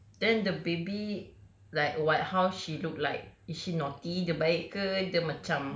then the baby like what how she look like is she naughty dia baik ke dia macam